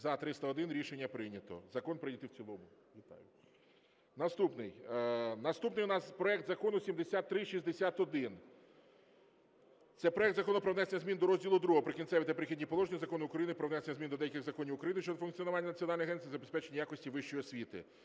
За-301 Рішення прийнято. Закон прийнятий в цілому, вітаю. Наступний у нас проект Закону 7361, це проект Закону про внесення змін до розділу ІІ "Прикінцеві та перехідні положення" Закону України "Про внесення змін до деяких законів України щодо функціонування Національного агентства з забезпечення якості вищої освіти".